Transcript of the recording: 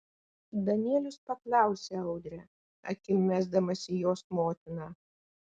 danielius paklausė audrę akim mesdamas į jos motiną